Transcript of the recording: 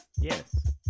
yes